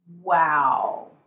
wow